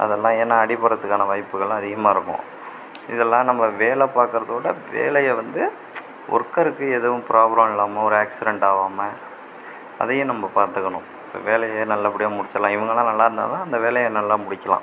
அதெல்லாம் ஏன்னா அடிபடுறதுக்கான வாய்ப்புகள்லாம் அதிகமாயிருக்கும் இதெல்லாம் நம்ம வேல பாக்கிறதோட வேலையை வந்து ஒர்க்கருக்கு எதுவும் ப்ராப்ளம் இல்லாமல் ஒரு ஆக்சிடெண்ட் ஆகாம அதையும் நம்ம பார்த்துக்கணும் வேலையை நல்லபடியாக முடிச்சிரலாம் இவங்கள்லாம் நல்லபடியாக இருந்தால் தான் அந்த வேலையை நல்லா முடிக்கலாம்